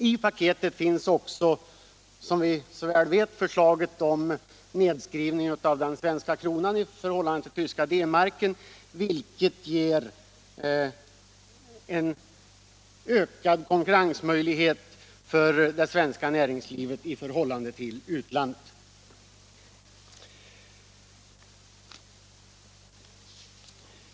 I paketet finns också, som vi vet, förslaget om nedskrivning av den svenska kronan i förhållande till den tyska D marken, vilket ger ökade konkurrensmöjligheter för det svenska näringslivet i förhållande till utlandet.